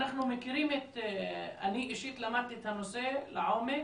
אנחנו מכירים, אני אישית למדתי את הנושא לעומק